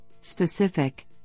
specific